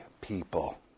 people